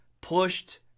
pushed